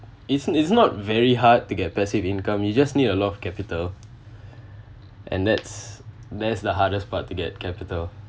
it's it's not very hard to get passive income you just need a lot of capital and that's that's the hardest part to get capital